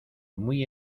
muy